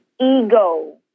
ego